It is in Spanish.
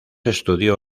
estudió